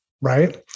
right